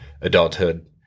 adulthood